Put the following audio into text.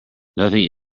nothing